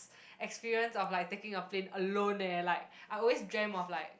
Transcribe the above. experience of like taking a plane alone eh like I always dreamt of like